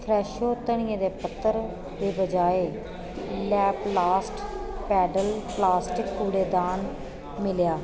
फ्रैशो धनिये दे पत्तर दे बजाए लैपलास्ट पैडल प्लास्टिक कूड़ेदान मिलेआ